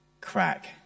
crack